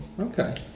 Okay